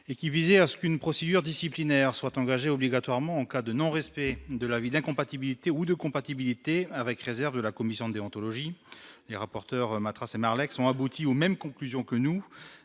et qui visait à ce qu'une procédure disciplinaire soit engagée obligatoirement en cas de non respect de la vie d'incompatibilité ou de compatibilité avec réserves, la commission déontologie les rapporteurs Matra Marlex on aboutit aux mêmes conclusions que nous